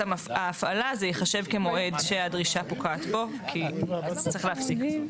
הפעלה זה יחשב כמועד שהדרישה פוקעת פה כי צריך להפסיק.